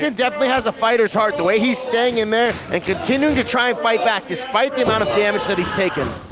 definitely has a fighter's heart. the way he's staying in there and continuing to try and fight back despite the amount of damage that he's taken.